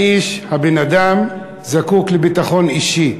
האיש, הבן-אדם, זקוק לביטחון אישי.